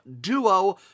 duo